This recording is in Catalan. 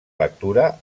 lectura